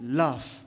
love